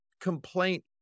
complaint